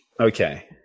Okay